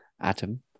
Adam